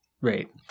Right